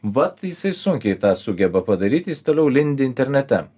vat jisai sunkiai tą sugeba padaryti jis toliau lindi internete